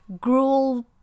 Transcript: gruel